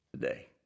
today